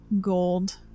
gold